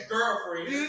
Girlfriend